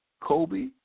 Kobe